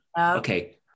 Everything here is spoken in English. okay